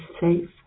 safe